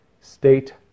state